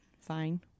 fine